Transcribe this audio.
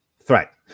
Threat